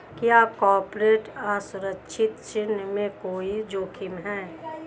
क्या कॉर्पोरेट असुरक्षित ऋण में कोई जोखिम है?